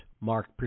Mark